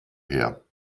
her